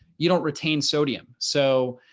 you don't retain sodium. so,